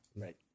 right